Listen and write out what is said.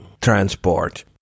transport